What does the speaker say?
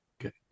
Okay